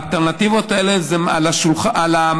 האלטרנטיבות האלה הן על המדף,